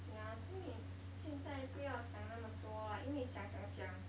yeah 所以 现在不要想那么多 like 因为想想想